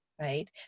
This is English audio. right